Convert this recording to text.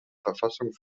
verfassung